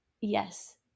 Yes